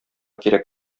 кирәк